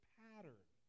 pattern